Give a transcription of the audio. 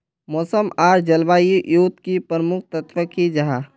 मौसम आर जलवायु युत की प्रमुख तत्व की जाहा?